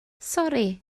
sori